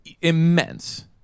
immense